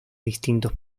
distintos